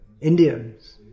Indians